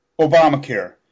Obamacare